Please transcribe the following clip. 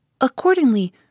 Accordingly